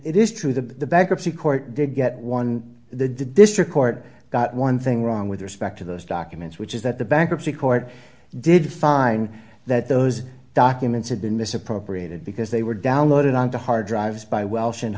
it is true the bankruptcy court did get one the district court got one thing wrong with respect to those documents which is that the bankruptcy court did find that those documents had been misappropriated because they were downloaded on the hard drives by welsh and